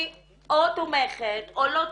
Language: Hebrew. שהיא או תומכת או לא תומכת,